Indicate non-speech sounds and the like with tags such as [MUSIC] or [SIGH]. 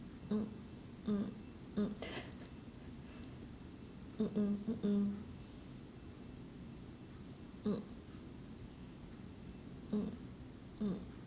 mm mm mm [LAUGHS] mm mm mm mm mm mm mm